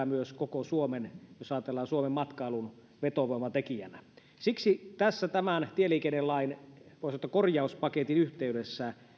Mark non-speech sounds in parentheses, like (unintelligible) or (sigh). (unintelligible) myös koko suomen suomen matkailun vetovoimatekijänä siksi tässä tämän tieliikennelain voi sanoa korjauspaketin yhteydessä